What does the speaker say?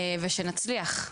ושנצליח.